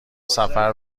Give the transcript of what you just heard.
سفر